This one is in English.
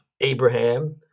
Abraham